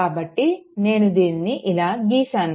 కాబట్టి నేను దీనిని ఇలా గీశాను